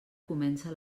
comença